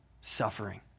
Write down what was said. suffering